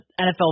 NFL